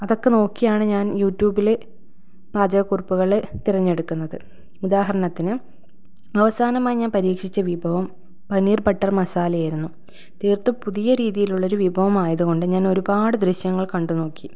അതൊക്കെ നോക്കിയാണ് ഞാൻ യൂട്യൂബിൽ പാചക കുറിപ്പുകൾ തിരഞ്ഞെടുക്കുന്നത് ഉദാഹരണത്തിന് അവസാനമായി ഞാൻ പരീക്ഷിച്ച വിഭവം പനീർ ബട്ടർ മസാലയായിരുന്നു തീർത്തും പുതിയ രീതിയിലുള്ള ഒരു വിഭവമായതുകൊണ്ട് ഞാൻ ഒരുപാട് ദൃശ്യങ്ങൾ കണ്ടു നോക്കി